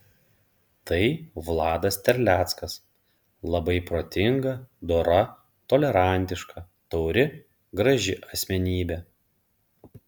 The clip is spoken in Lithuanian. tai vladas terleckas labai protinga dora tolerantiška tauri graži asmenybė